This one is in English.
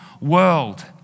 world